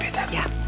that yeah